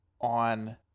On